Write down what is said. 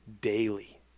daily